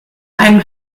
einen